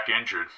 injured